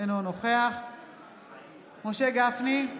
אינו נוכח משה גפני,